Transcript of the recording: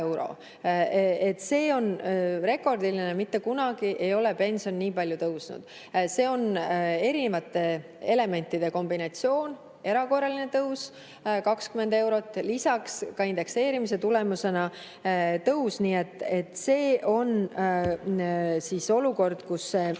See on rekordiline, mitte kunagi ei ole pension nii palju tõusnud. See on erinevate elementide kombinatsioon, erakorraline tõus 20 eurot, lisaks tõus indekseerimise tulemusena. See on olukord, kus